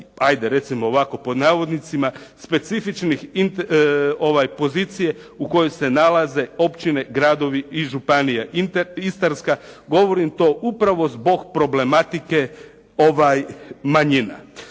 ajde recimo ovako "specifične pozicije u kojoj se nalaze općine, gradovi i županije Istarske". Govorim to upravo zbog problematike manjina.